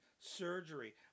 surgery